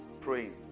praying